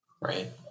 Right